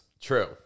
True